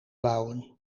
bouwen